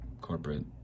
corporate